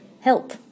Help